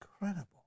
Incredible